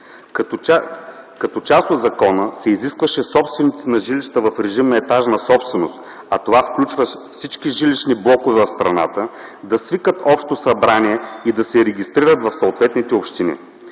Като част от закона се изискваше собствениците на жилища в режим на етажна собственост, а това включва всички жилищни блокове в страната, да свикат общо събрание и да се регистрират в съответните общини.